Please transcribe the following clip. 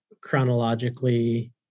chronologically